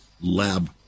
lab